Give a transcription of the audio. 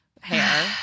hair